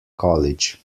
college